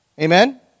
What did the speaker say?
Amen